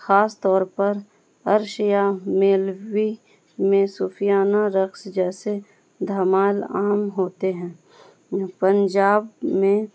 خاص طور پر عرش یا میلوی میں صوفیانہ رقص جیسے دھمال عام ہوتے ہیں پنجاب میں